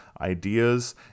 ideas